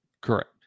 Correct